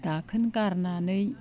दाखोन गारनानै